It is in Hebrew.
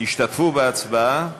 השתתפו בהצבעה.